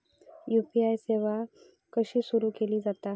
UPI सेवा कशी सुरू केली जाता?